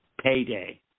Payday